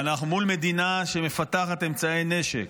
ואנחנו מול מדינה שמפתחת אמצעי נשק.